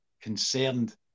concerned